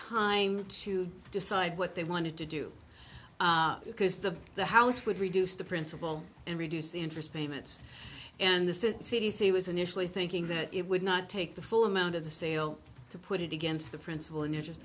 time to decide what they wanted to do because the the house would reduce the principal and reduce the interest payments and the c d c was initially thinking that it would not take the full amount of the sale to put it against the principal and